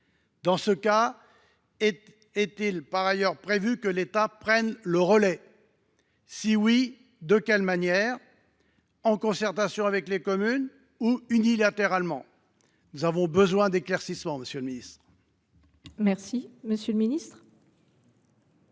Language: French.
Dans ce cas, est il par ailleurs prévu que l’État prenne le relais ? Si oui, de quelle manière ? En concertation avec les communes ou unilatéralement ? Nous avons besoin d’éclaircissements. La parole est à M. le ministre.